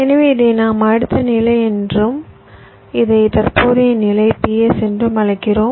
எனவே இதை நாம் அடுத்த நிலை என்றும் இதை தற்போதைய நிலை PS என்றும் அழைக்கிறோம்